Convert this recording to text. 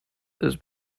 ist